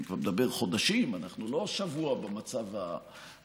אני כבר מדבר על חודשים, אנחנו לא שבוע במצב הזה.